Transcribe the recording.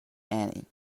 annie